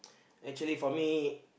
actually for me